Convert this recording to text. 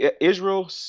Israel